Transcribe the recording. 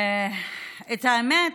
האמת,